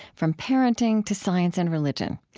from parenting to science and religion,